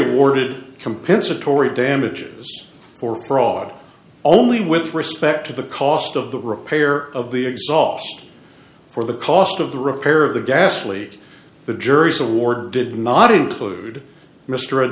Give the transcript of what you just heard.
awarded compensatory damages or fraud only with respect to the cost of the repair of the exhaust for the cost of the repair of the ghastly the jury's award did not include mr